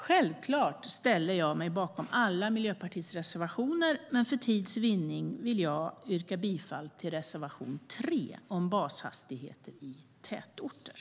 Självklart står jag bakom Miljöpartiets samtliga reservationer, men för tids vinnande vill jag yrka bifall till reservation 3 om bashastigheter i tätorter.